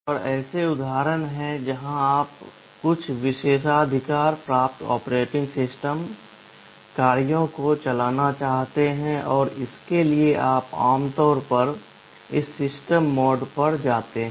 और ऐसे उदाहरण हैं जहां आप कुछ विशेषाधिकार प्राप्त ऑपरेटिंग सिस्टम कार्यों को चलाना चाहते हैं और इसके लिए आप आमतौर पर इस सिस्टम मोड पर जाते हैं